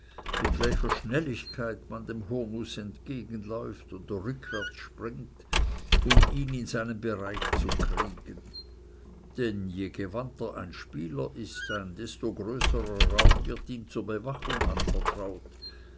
mit welcher schnelligkeit man dem hurnuß entgegenläuft oder rückwärts springt um ihn in seinen bereich zu kriegen denn je gewandter ein spieler ist ein desto größerer raum wird ihm zur bewachung anvertraut